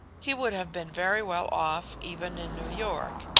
he would have been very well off even in new york,